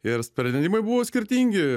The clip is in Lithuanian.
ir sprendimai buvo skirtingi